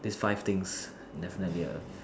these five things definitely I would've